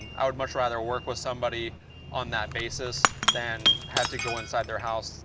i would much rather work with somebody on that basis than have to go inside their house.